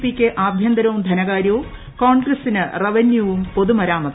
പിയ്ക്ക് ആഭ്യന്തരവും ധനകാര്യവും കോൺഗ്രസ്സിന് റവന്യൂവും പൊതുമരാമത്തും